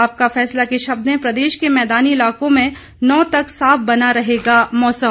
आपका फैसला के शब्द हैं प्रदेश के मैदानी इलाकों में नौ तक साफ बना रहेगा मौसम